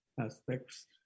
aspects